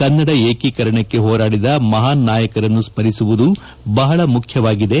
ಕನ್ನಡ ಏಕೀಕರಣಕ್ಕೆ ಹೋರಾಡಿದ ಮಹಾನ್ ನಾಯಕರನ್ನು ಸ್ಲಿಸುವುದು ಬಹಳ ಮುಖ್ಯವಾಗಿದೆ